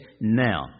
now